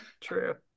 True